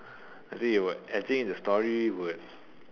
I think you would I think the story would